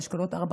באשכולות 5-4,